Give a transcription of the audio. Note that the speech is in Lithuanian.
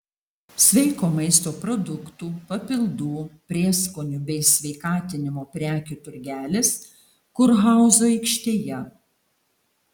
sveiko maisto produktų papildų prieskonių bei sveikatinimo prekių turgelis kurhauzo aikštėje